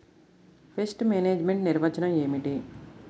Pest management నిర్వచనం ఏమిటి?